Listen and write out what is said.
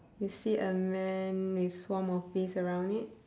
you see a man with swam of bees around it